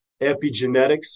epigenetics